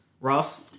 Ross